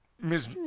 Miss